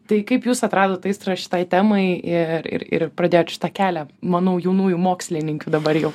tai kaip jūs atradot tą aistrą šitai temai ir ir ir pradėjot šitą kelią manau jaunųjų mokslininkių dabar jau